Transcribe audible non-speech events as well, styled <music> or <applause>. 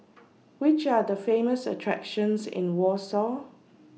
<noise> Which Are The Famous attractions in Warsaw